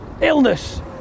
illness